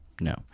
No